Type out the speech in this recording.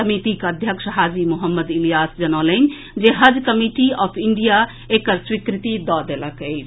समितिक अध्यक्ष हाजी मोहम्मद इलीयास जनौलनि जे हज कमिटी ऑफ इंडिया एकर स्वीकृति दऽ देलक अछि